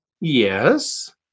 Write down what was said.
Yes